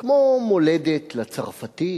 כמו מולדת לצרפתי,